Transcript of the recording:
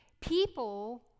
People